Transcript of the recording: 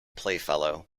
playfellow